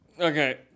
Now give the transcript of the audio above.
Okay